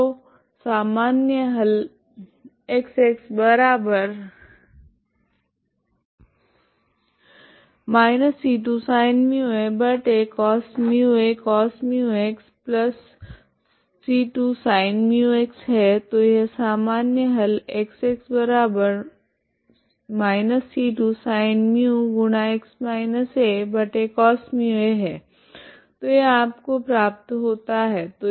तो सामान्य हल X −c2sin μacos μacos μxc2sin μx है तो यह सामान्य हल X −c2sinμx−acosμa है तो यह आपको प्राप्त होता है